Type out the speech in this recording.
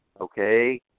okay